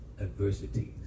adversities